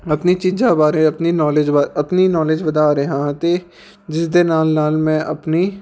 ਆਪਣੀ ਚੀਜ਼ਾਂ ਬਾਰੇ ਆਪਣੀ ਨੌਲੇਜ ਬਾ ਆਪਣੀ ਨੌਲੇਜ ਵਧਾ ਰਿਹਾ ਹਾਂ ਅਤੇ ਜਿਸਦੇ ਨਾਲ ਨਾਲ ਮੈਂ ਆਪਣੀ